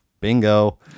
bingo